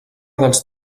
dels